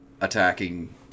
Attacking